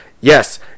yes